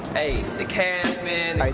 hey the cast man.